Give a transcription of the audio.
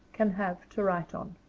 can have to write on.